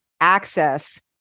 access